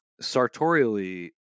sartorially